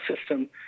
system